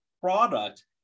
product